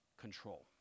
control